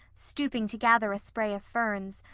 stooping to gather a spray of ferns,